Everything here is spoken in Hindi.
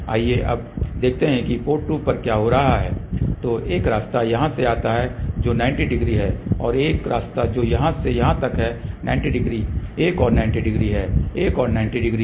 आइये अब देखते हैं पोर्ट 2 पर क्या हो रहा है तो एक रास्ता यहाँ से आता है जो 90 डिग्री है एक और रास्ता जो यहाँ से यहाँ तक है 90 डिग्री एक और 90 डिग्री एक और 90 डिग्री